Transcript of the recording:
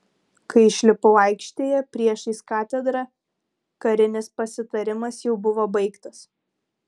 kai išlipau aikštėje priešais katedrą karinis pasitarimas jau buvo baigtas